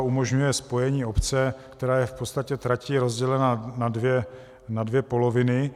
Umožňuje spojení obce, která je v podstatě tratí rozdělená na dvě poloviny.